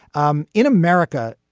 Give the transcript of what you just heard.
um in america.